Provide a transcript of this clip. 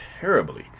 Terribly